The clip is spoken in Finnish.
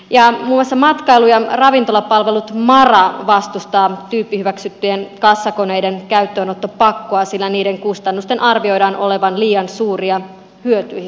muun muassa matkailu ja ravintolapalvelut mara vastustaa tyyppihyväksyttyjen kassakoneiden käyttöönottopakkoa sillä niiden kustannusten arvioidaan olevan liian suuria hyötyihin verrattuna